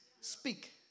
speak